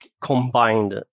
combined